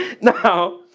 Now